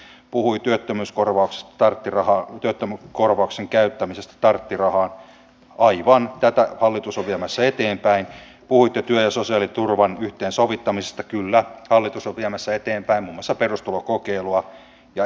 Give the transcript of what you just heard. palaan myöskin tähän perustulokokeiluun ja niin kuin todella aikaisemmassa puheenvuorossa edustaja honkonen sanoi kelan puolelle on annettu selvitystä tai oikeastaan käsitykseni mukaan tutkimushanketta miten tässä asiassa edetään